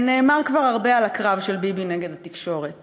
נאמר כבר הרבה על הקרב של ביבי נגד התקשורת,